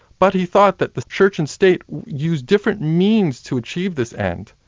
but he thought that the church and state used different means to achieve this end.